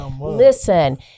listen